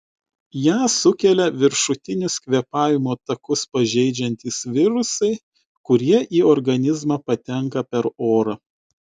ją sukelia viršutinius kvėpavimo takus pažeidžiantys virusai kurie į organizmą patenka per orą